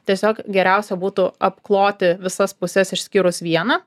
tiesiog geriausia būtų apkloti visas puses išskyrus vieną